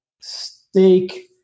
steak